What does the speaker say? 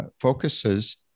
focuses